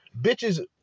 bitches